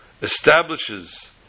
establishes